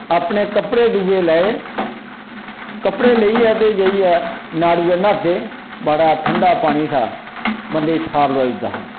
अपने कपड़े दूए ले कपड़े लेइयै ते जाइयै नाड़ुयै न्हाते ठंडा बड़ा पानी था बंदे गी थार करु उड़दा हा